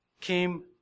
came